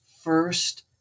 first